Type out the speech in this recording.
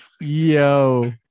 Yo